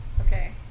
Okay